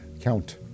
count